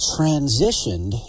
transitioned